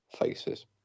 faces